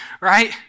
right